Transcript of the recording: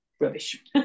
rubbish